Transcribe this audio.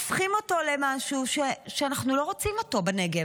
למשהו שאנחנו לא רוצים אותו בנגב.